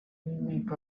remake